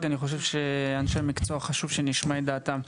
כי אני חושב שאנשי המקצוע חשוב שנשמע את דעתם.